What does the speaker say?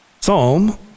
Psalm